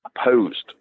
opposed